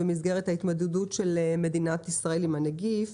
במסגרת ההתמודדות של מדינת ישראל עם הנגיף,